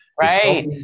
Right